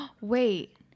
Wait